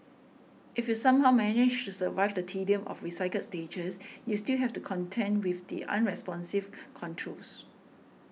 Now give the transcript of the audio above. if you somehow manage to survive the tedium of recycled stages you still have to contend with the unresponsive controls